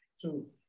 True